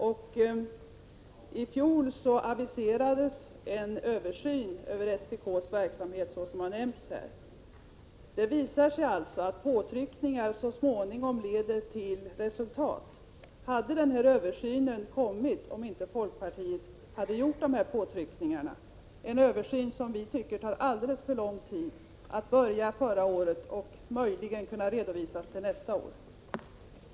I fjol aviserades en översyn av SPK:s verksamhet, som har nämnts här. Det visar sig alltså att påtryckningar så småningom leder till resultat. Hade den här översynen kommit om inte folkpartiet hade gjort dessa påtryckningar? Men översynen tycker vi tar alldeles för lång tid — att börja förra året och möjligen kunna Prot. 1986/87:104 redovisa ett resultat nästa år.